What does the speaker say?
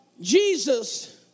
Jesus